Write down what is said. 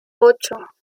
ocho